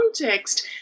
context